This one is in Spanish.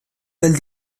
del